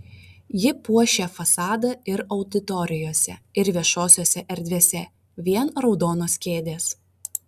ji puošia fasadą ir auditorijose ir viešosiose erdvėse vien raudonos kėdės